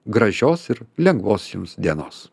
gražios ir lengvos jums dienos